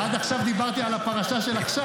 עד עכשיו דיברתי על הפרשה של עכשיו.